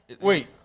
Wait